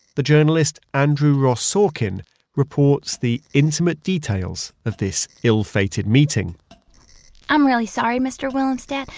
the journalist andrew ross sorkin reports the intimate details of this ill-fated meeting i'm really sorry mr. willemstad,